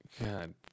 god